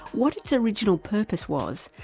what its original purpose was,